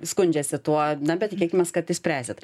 skundžiasi tuo na bet tikėkimės kad išspręsit